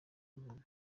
muntu